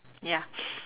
ya